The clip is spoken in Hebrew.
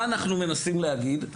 מה אנחנו מנסים להגיד?